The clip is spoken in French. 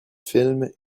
films